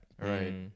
Right